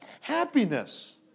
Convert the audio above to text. Happiness